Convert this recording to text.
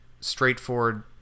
straightforward